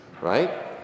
right